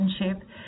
relationship